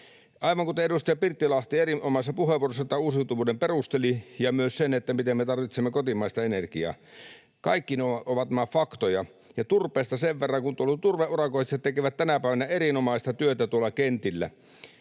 järkeä. Edustaja Pirttilahti erinomaisessa puheenvuorossaan tämän uusiutuvuuden perusteli ja myös sen, miten me tarvitsemme kotimaista energiaa — kaikki ne ovat faktoja. Turpeesta sen verran, että turveurakoitsijat tekevät tänä päivänä erinomaista työtä tuolla turvekentillä: